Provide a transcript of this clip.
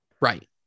Right